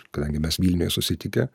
kadangi mes vilniuje susitikę